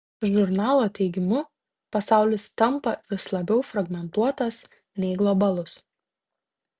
žurnalo teigimu pasaulis tampa vis labiau fragmentuotas nei globalus